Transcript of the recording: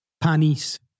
Panis